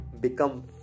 become